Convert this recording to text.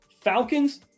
Falcons